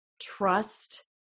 trust